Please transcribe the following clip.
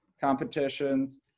competitions